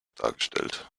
dargestellt